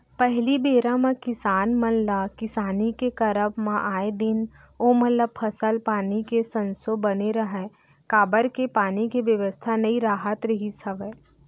पहिली बेरा म किसान मन ल किसानी के करब म आए दिन ओमन ल फसल पानी के संसो बने रहय काबर के पानी के बेवस्था नइ राहत रिहिस हवय